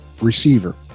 receiver